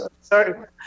Sorry